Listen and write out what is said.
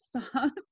stop